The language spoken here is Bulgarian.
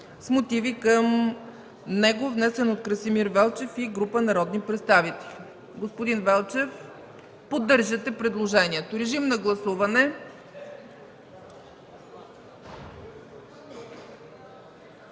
с мотиви към него, внесен от Красимир Велчев и група народни представители. Господин Велчев? – Поддържате предложението. Моля, гласувайте.